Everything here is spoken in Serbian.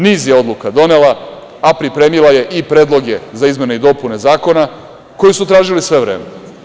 Niz je odluka donela, a pripremila je i predloge za izmene i dopune zakona koje su tražili sve vreme.